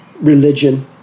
religion